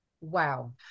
Wow